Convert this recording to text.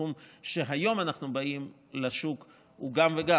הסכום שהיום אנחנו באים איתו לשוק הוא גם וגם,